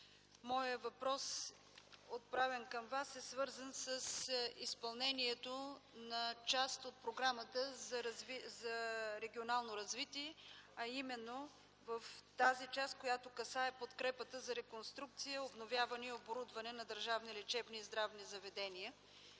Моят въпрос отправен към Вас е свързан с изпълнението на част от Програмата за регионално развитие, а именно в тази част, която касае подкрепата за реконструкция, обновяване и оборудване на държавни лечебни здравни заведения.